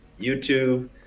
YouTube